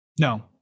No